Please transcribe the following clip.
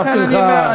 הוספתי לך.